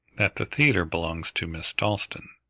that the theatre belongs to miss dalstan,